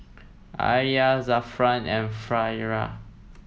Alya Zafran and Farah